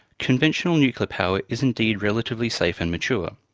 conventional nuclear power is indeed relatively safe and mature.